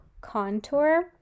contour